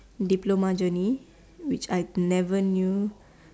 diploma journey which I never knew